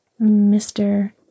Mr